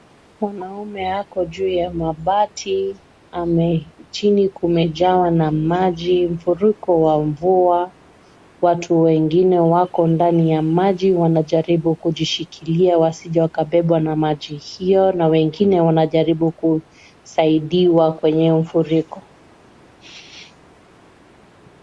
Mwanaume ako juu ya mabati, ame, chini kumejawa na maji, mfuriko wa mvua, watu wengine wako ndani ya maji wanajaribu kujishikilia wasije wakabebwa na maji hiyo, na wengine wanajaribu ku saidiwa kwenye mfuriko.